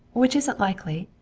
which isn't likely.